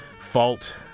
fault